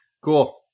Cool